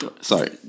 Sorry